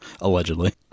Allegedly